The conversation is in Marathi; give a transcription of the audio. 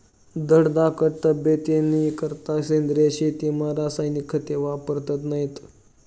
धडधाकट तब्येतनीकरता सेंद्रिय शेतीमा रासायनिक खते वापरतत नैत